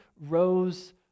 rose